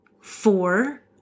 Four